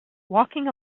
walking